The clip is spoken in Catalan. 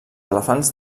elefants